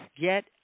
get